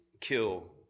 kill